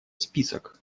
список